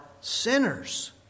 sinners